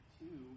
two